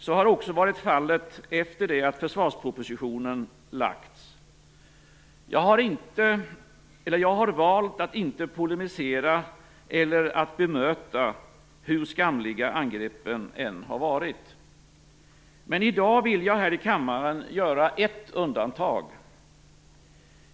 Så har också varit fallet efter det att försvarspropositionen lagts fram. Jag har valt att inte polemisera eller bemöta, hur skamliga angreppen än har varit. I dag vill jag här i kammaren göra ett undantag.